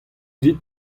dit